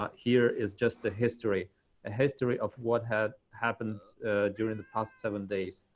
ah here is just a history history of what has happened during the past seven days.